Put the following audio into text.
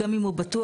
גם אם הוא בטוח,